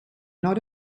not